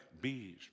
bees